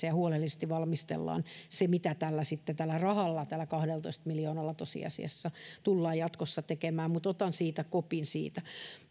ja huolellisesti valmistellaan se mitä sitten tällä rahalla tällä kahdellatoista miljoonalla tosiasiassa tullaan jatkossa tekemään mutta otan kopin siitä